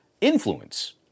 influence